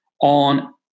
on